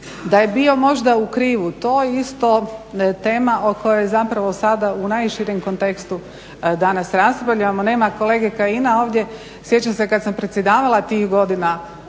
da je bio možda u krivu. To je isto tema o kojoj zapravo sada u najširem kontekstu danas raspravljamo. Nema kolege Kajina ovdje. Sjećam se kad sam predsjedavala tih godina